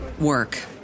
work